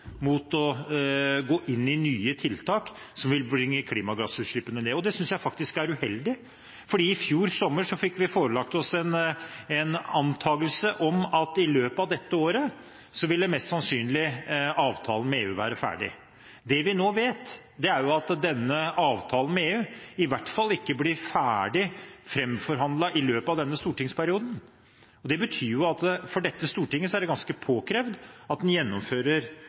mot å gå inn i nye tiltak som vil bringe klimagassutslippene ned. Det synes jeg faktisk er uheldig. I fjor sommer fikk vi oss forelagt en antakelse om at i løpet av dette året ville mest sannsynlig avtalen med EU være ferdig. Det vi nå vet, er at denne avtalen med EU i hvert fall ikke blir ferdig framforhandlet i løpet av denne stortingsperioden. Det betyr at for dette stortinget er det ganske påkrevd at en påpeker og gjennomfører